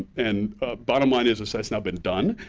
and bottom line is, is that's not been done.